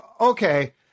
okay